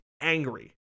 angry